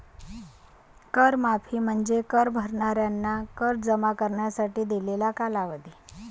कर माफी म्हणजे कर भरणाऱ्यांना कर जमा करण्यासाठी दिलेला कालावधी